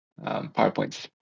powerpoints